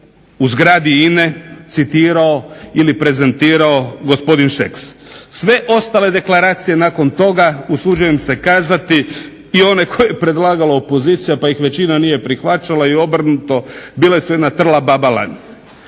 u zgradi INA-e citirao ili prezentirao gospodin Šeks. Sve ostale deklaracije nakon toga usuđujem se kazati i one je predlagala opozicija pa ih većina nije prihvaćala i obrnuto, bile su jedna "trla baba lan".